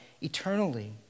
eternally